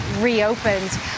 reopened